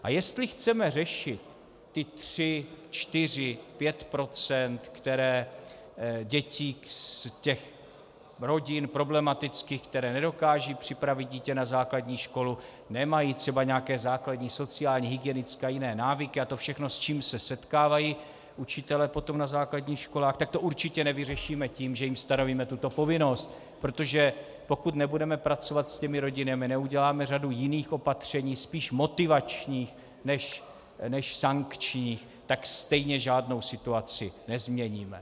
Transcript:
A jestli chceme řešit ty tři, čtyři, pět procent dětí z těch problematických rodin, které nedokážou připravit dítě na základní školu, nemají třeba nějaké základní sociální, hygienické a jiné návyky, a to všechno, s čím se setkávají potom učitelé na základních školách, tak to určitě nevyřešíme tím, že jim stanovíme tuto povinnost, protože pokud nebudeme pracovat s těmi rodinami, neuděláme celou řadu jiných opatření, spíš motivačních než sankčních, tak stejně žádnou situaci nezměníme.